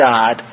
God